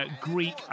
Greek